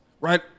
Right